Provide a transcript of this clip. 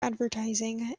advertising